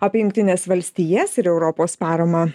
apie jungtines valstijas ir europos paramą